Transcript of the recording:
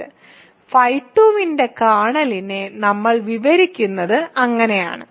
φ2 ന്റെ കേർണലിനെ നമ്മൾ വിവരിക്കുന്നത് അങ്ങനെയാണ്